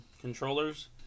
controllers